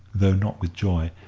though not with joy,